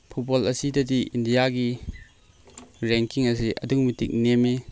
football ꯑꯁꯤꯗꯗꯤ ꯏꯟꯗꯤꯌꯥꯒꯤ ranking ꯑꯁꯤ ꯑꯗꯨꯛꯀꯤ ꯃꯇꯤꯛ ꯅꯦꯝꯃꯤ